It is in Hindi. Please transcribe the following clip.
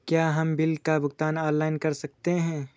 क्या हम बिल का भुगतान ऑनलाइन कर सकते हैं?